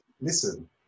listen